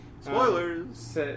Spoilers